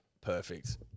Perfect